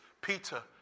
Peter